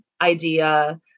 idea